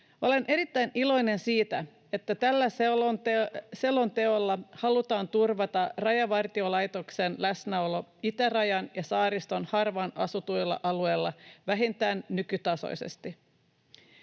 Olen erittäin iloinen siitä, että tällä selonteolla halutaan turvata Rajavartiolaitoksen läsnäolo itärajan ja saariston harvaan asutuilla alueilla vähintään nykytasoisesti.